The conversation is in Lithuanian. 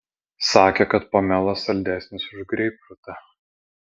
sakė kad pomelas saldesnis už greipfrutą